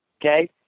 okay